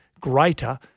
greater